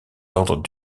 ordres